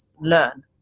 learn